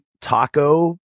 taco